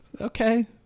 Okay